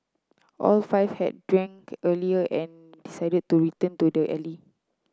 all five had drank earlier and decided to return to the alley